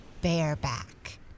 bareback